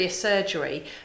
surgery